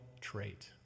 trait